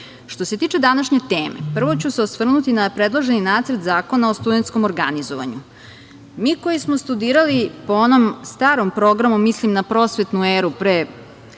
se tiče današnje teme, prvo ću se osvrnuti na predloženi Nacrt zakona o studentskom organizovanju. Mi koji smo studirali po onom starom programu, mislim na prosvetnu eru pre